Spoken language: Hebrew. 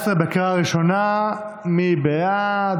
14), בקריאה ראשונה, מי בעד?